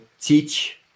teach